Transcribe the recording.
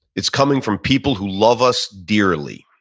it's coming from people who love us dearly.